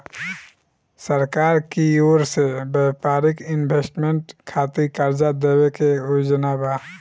सरकार की ओर से व्यापारिक इन्वेस्टमेंट खातिर कार्जा देवे के योजना बा